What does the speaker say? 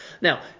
Now